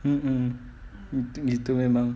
mm mm itu memang